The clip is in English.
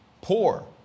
poor